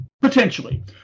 Potentially